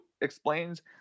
explains